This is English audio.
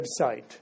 website